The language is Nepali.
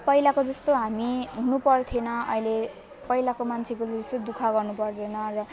पहिलाको जस्तो हामी हिँड्नुपर्थेन अहिले पहिलाको मान्छेको जस्तो दुख गर्नुपर्दैन र